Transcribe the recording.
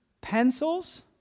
pencils